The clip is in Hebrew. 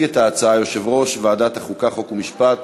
ברשות יושב-ראש הישיבה,